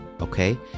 Okay